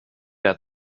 der